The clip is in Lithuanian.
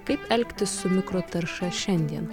kaip elgtis su mikrotarša šiandien